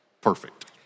perfect